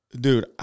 dude